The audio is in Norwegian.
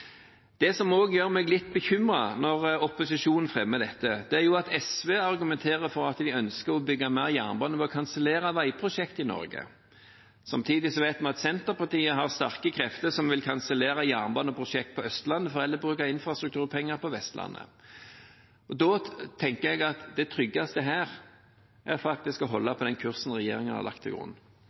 Det som også gjør meg litt bekymret når opposisjonen fremmer dette, er at SV argumenter for – og ønsker – å bygge mer jernbane ved å kansellere veiprosjekter i Norge. Samtidig vet vi at Senterpartiet har sterke krefter som vil kansellere jernbaneprosjekter på Østlandet, for heller å bruke infrastrukturpenger på Vestlandet. Da tenker jeg at det tryggeste her er å holde på den kursen regjeringen har lagt til grunn.